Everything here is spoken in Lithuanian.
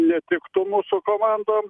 netiktų mūsų komandom